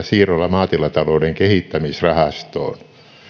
siirrolla maatilatalouden kehittämisrahastoon